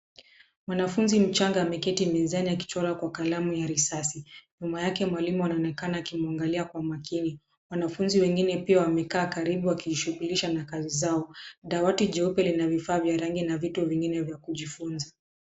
Mwanafunzi mchanga ameketi mezani akichora kwa kalamu ya risasi. Nyuma yake mwalimu anaonekana akimwangalia kwa makini. Wanafunzi wengine pia wamekaa karibu wakijishughulisha na kazi zao. Dawati jeupe lina vifaa vya rangi na vitu vingine vya kujifunza.